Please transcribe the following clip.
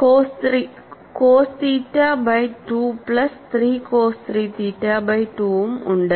cos theta by 2 plus 3 cos 3 theta by 2 ഉം ഉണ്ട്